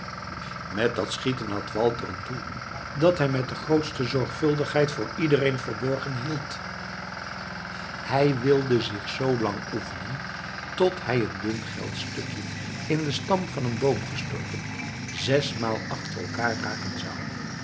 met dat schieten had walter een doel dat hij met de grootste zorgvuldigheid voor ieder verborgen hield hij wilde zich z lang oefenen tot hij een dun geldstukje in den stam van een boom gestoken zesmaal achter elkaar raken